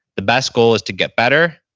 the best goal is to get better,